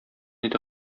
иде